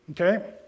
Okay